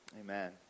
Amen